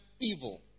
evil